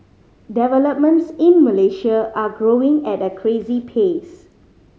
developments in Malaysia are growing at a crazy pace